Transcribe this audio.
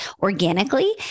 organically